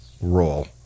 role